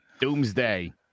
Doomsday